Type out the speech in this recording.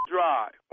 Drive